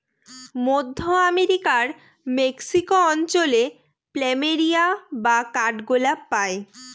মধ্য আমেরিকার মেক্সিকো অঞ্চলে প্ল্যামেরিয়া বা কাঠগোলাপ পাই